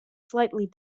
slightly